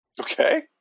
Okay